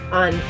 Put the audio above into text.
on